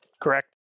Correct